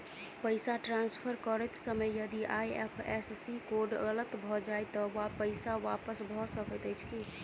पैसा ट्रान्सफर करैत समय यदि आई.एफ.एस.सी कोड गलत भऽ जाय तऽ पैसा वापस भऽ सकैत अछि की?